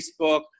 Facebook